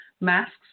masks